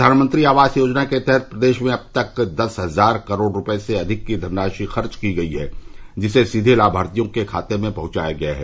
प्रधानमंत्री आवास योजना के तहत प्रदेश में अब तक दस हजार करोड़ रुपये से अधिक की धनराशि खर्च की गई है जिसे सीघे लामार्थियों के खाते में पहुंचाया गया है